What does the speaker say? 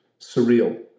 surreal